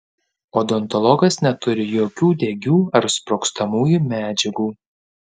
odontologas neturi jokių degių ar sprogstamųjų medžiagų